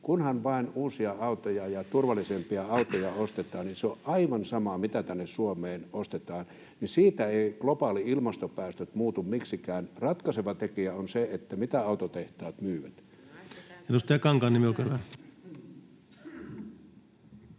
kunhan vain uusia ja turvallisempia autoja ostetaan, niin se on aivan sama, mitä tänne Suomeen ostetaan. Siitä eivät globaalit ilmastopäästöt muutu miksikään. Ratkaiseva tekijä on se, mitä autotehtaat myyvät.